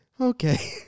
Okay